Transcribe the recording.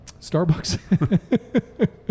Starbucks